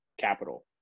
capital